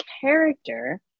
character